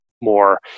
more